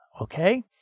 Okay